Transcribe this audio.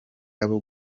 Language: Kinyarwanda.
abo